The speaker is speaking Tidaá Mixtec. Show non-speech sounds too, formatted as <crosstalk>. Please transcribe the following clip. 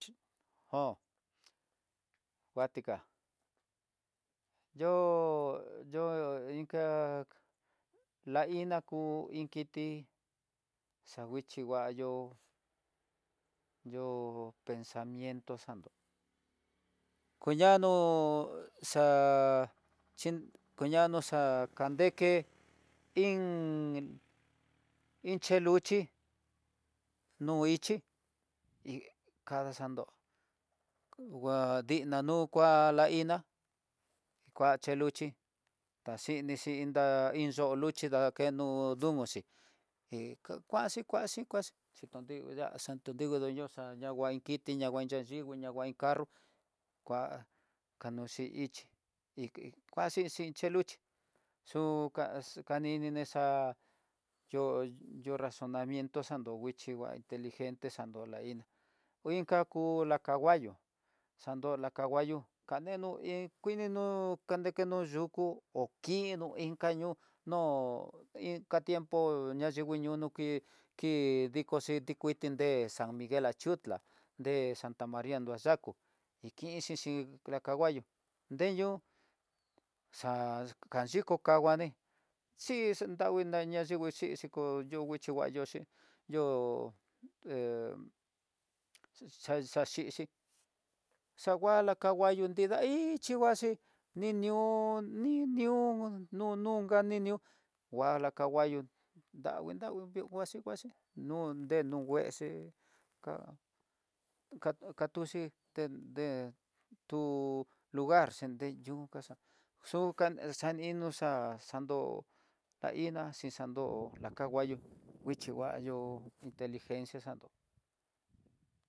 Jó nguatika yo'o, yo'o inka la iná ku iin kiti, xa nguichí vayo'o yo'o pensamiento xanto, kuñano xa xhin kuñandó xakandeke, iin iin cheluxhí no ichii kada xandó, ngua dinanukua la iná, kua cheluxhí ta xhini xhintá iin yo'ó luxhi ta dakeno d <hesitation> oxi, iin kuaxi, kuaxi, kuaxi, xinkutuya'a xantikudo yoxa'a, ña ngua iin kiti ña ngua yiviyi ya nguan iin carro, kua kanoxhi ixchii, hí'i kuanxhi xin xhiluxhí xuka kaninixa yo yo razonamiento, xanto nguicho ngua inteligente xanto la iná o inka ku la canguallo, xanto la canguallo kaneno la kininó iin kuininó nanekeno yukú ho kino inka ñoo no inka tiempo, ña xhinguiñono ki ki dikoxiti kuiti nré, san miguel achutla de santa maria noyako, iin kixhi xhin la caballo ndeyu xa kanxhiko kanguani xixi dangui daña ndingui xixiko, yungu xhikuayoxi yo hé xaxaxhixhi, xa ngua la naguallo nridá í chi nguaxhi ni nió ni nió nu nuka ni nió ngua nguallo, dangui dangui nguaxi nguaxi katuxhi tende tú lugarxi xen nde yú kaxa xukan kanino xa'a xando la iná xixando xi xando la canguallo nguichi nguayo inteligencia xando.